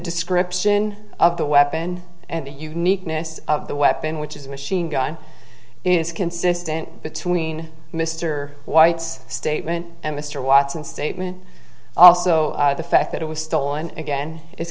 description of the weapon and the uniqueness of the weapon which is a machine gun is consistent between mr white's statement and mr watson statement also the fact that it was stolen again i